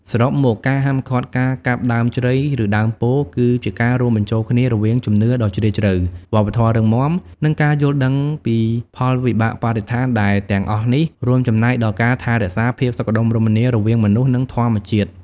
សរុបមក ការហាមឃាត់ការកាប់ដើមជ្រៃ ឬដើមពោធិ៍ គឺជាការរួមបញ្ចូលគ្នារវាងជំនឿដ៏ជ្រាលជ្រៅ វប្បធម៌រឹងមាំ និងការយល់ដឹងពីផលវិបាកបរិស្ថាន ដែលទាំងអស់នេះរួមចំណែកដល់ការថែរក្សាភាពសុខដុមរមនារវាងមនុស្ស និងធម្មជាតិ។